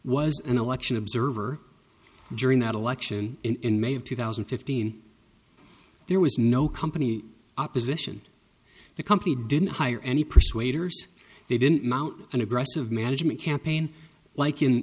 was an election observer during that election in may of two thousand and fifteen there was no company opposition the company didn't hire any persuaders they didn't mount an aggressive management campaign like in